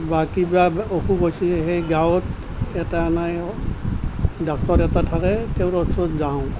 বা কিবা অসুখ হৈছে সেই গাঁৱত এটা ডক্টৰ এটা থাকে তেওঁৰ ওচৰত যাওঁ